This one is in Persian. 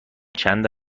چند